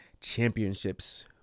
championships